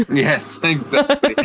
yes exactly,